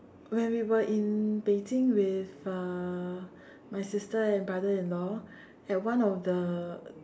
when we were in Beijing with uh my sister and brother in law at one of the